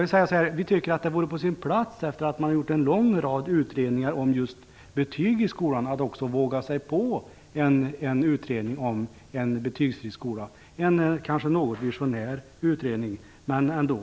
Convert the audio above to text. Vi tycker att det vore på sin plats efter att man har gjort en lång rad utredningar om just betyg i skolan att också våga sig på en utredning om en betygsfri skola. Det vore kanske en något visionär utredning, men ändå.